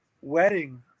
wedding